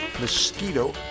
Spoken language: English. mosquito